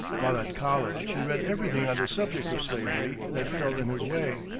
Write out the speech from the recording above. while at college he read everything on the subject of slavery that fell in his way,